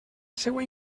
seua